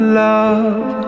love